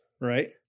right